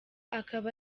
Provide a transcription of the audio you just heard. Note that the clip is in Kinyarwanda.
akaba